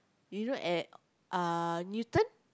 you know at ah Newton